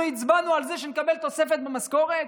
אנחנו הצבענו על זה שנקבל תוספת במשכורת